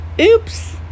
oops